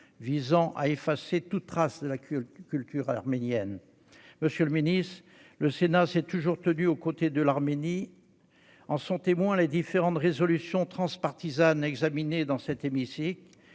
visant à effacer toute trace de la culture arménienne. Le Sénat s'est toujours tenu aux côtés de l'Arménie : en témoignent les différentes résolutions transpartisanes examinées dans cet hémicycle.